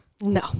No